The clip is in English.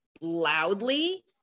loudly